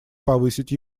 повысить